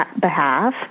behalf